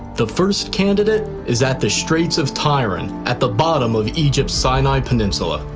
the first candidate is at the straits of tiran at the bottom of egypt's sinai peninsula.